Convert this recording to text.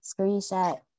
Screenshot